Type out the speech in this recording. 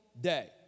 day